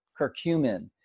curcumin